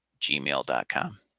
gmail.com